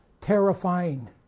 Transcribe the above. terrifying